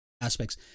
aspects